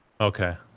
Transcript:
okay